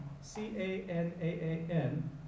C-A-N-A-A-N